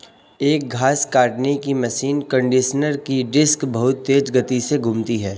एक घास काटने की मशीन कंडीशनर की डिस्क बहुत तेज गति से घूमती है